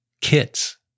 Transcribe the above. kits